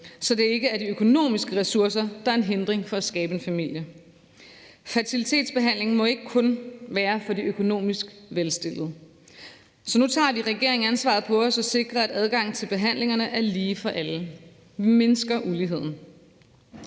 så det ikke er de økonomiske ressourcer, der er en hindring for at skabe en familie. Fertilitetsbehandling må ikke kun være for de økonomisk velstillede. Så nu tager regeringen ansvaret på sig og sikrer, at adgang til behandlingerne er lige for alle, og mindsker uligheden.